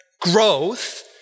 growth